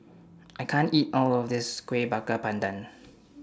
I can't eat All of This Kueh Bakar Pandan